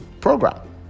program